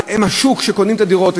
הם השוק שקונים את הדירות,